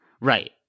Right